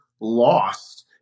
lost